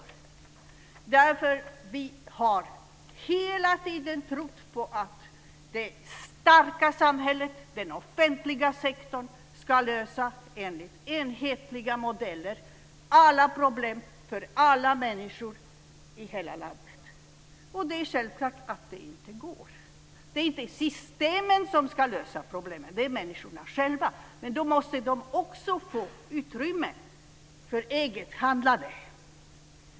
Det är därför att vi hela tiden har trott att det starka samhället, den offentliga sektorn, ska lösa enligt enhetliga modeller alla problem för alla människor i hela landet. Det är självklart att det inte går. Det är inte systemen som ska lösa problemen, utan det är människorna själva. Då måste de också få utrymme för eget handlande.